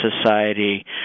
society